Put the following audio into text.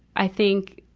i think,